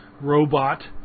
robot